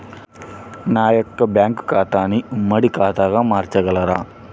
నా యొక్క బ్యాంకు ఖాతాని ఉమ్మడి ఖాతాగా మార్చగలరా?